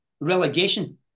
relegation